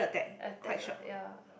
attack ah ya